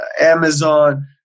Amazon